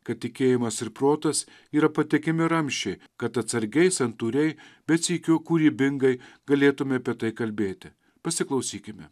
kad tikėjimas ir protas yra patikimi ramsčiai kad atsargiai santūriai bet sykiu kūrybingai galėtume apie tai kalbėti pasiklausykime